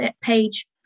page